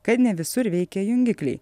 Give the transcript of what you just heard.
kad ne visur veikia jungikliai